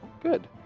Good